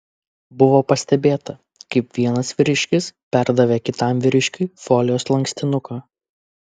buvo pastebėta kaip vienas vyriškis perdavė kitam vyriškiui folijos lankstinuką